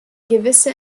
gewisse